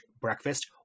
Breakfast